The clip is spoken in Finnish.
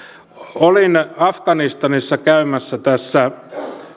olin afganistanissa käymässä tässä